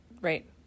right